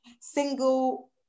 single